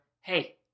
hey